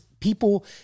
People